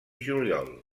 juliol